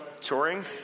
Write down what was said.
Touring